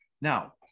Now